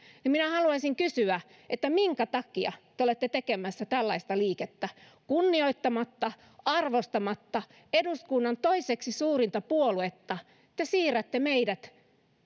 minä haluaisin kysyä minkä takia te olette tekemässä tällaista liikettä kunnioittamatta arvostamatta eduskunnan toiseksi suurinta puoluetta te siirrätte meidät